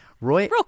roy